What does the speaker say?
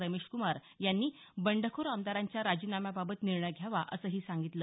रमेशकुमार यांनी बंडखोर आमदारांच्या राजीनाम्याबाबत निर्णय घ्यावा असंही सांगितलं